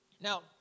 Now